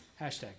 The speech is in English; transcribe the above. Hashtag